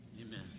Amen